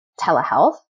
telehealth